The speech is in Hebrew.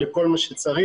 כל מה שצריך.